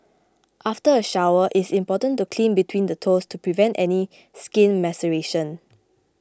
after a shower it's important to clean between the toes to prevent any skin maceration